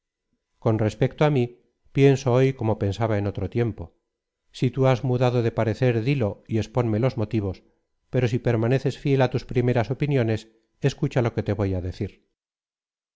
con respecto á mi pienso hoy como pensaba en otro tiempo si tú has mudado de parecer dilo y exponme los motivos pero si permaneces fiel á tus primeras opiniones escucha lo que te voy á decir